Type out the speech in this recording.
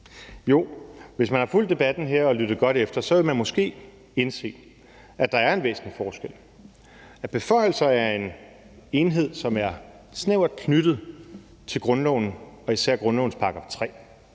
Jo, hvis man har fulgt debatten her og lyttet godt efter, vil man måske indse, at der er en væsentlig forskel mellem dem, nemlig at beføjelser er en enhed, som er snævert knyttet til grundloven og især til grundlovens § 3,